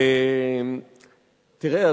תראה,